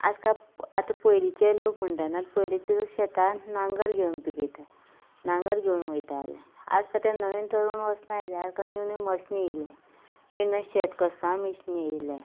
आयज काल आतां पयलींचे लोक म्हणटात ना जाल्यार पयलींचे लोक शेतां नांगर घेवन पिकयता नांगर घेवन वयताले आयज काल ते नवीन तरूण वचनात ते आयज काल न्यू न्यू मशिनां आयल्या मेन म्हणल्यार शेत कसपाचीं मिशिनां आयल्यां